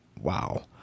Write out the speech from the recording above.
wow